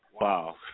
Wow